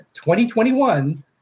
2021